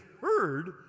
heard